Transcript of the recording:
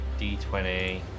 D20